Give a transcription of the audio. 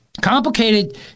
Complicated